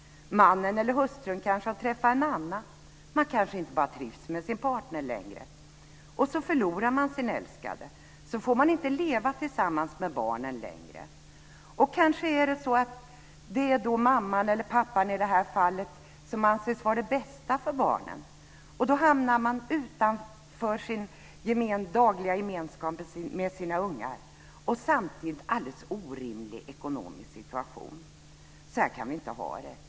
Mannen eller hustrun har kanske träffat en annan, eller man kanske bara inte längre trivs med sin partner. Så förlorar man sin älskade, och då får man inte leva tillsammans med barnen längre. Kanske är det mamman eller i det här fallet pappan som har varit det bästa för barnen, och som hamnar utanför sin dagliga gemenskap med sina ungar, samtidigt som man kommer in i en alldeles orimlig ekonomisk situation. Så här kan vi inte ha det.